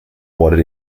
awarded